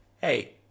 hey